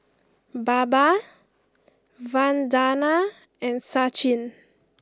Baba Vandana and Sachin